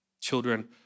children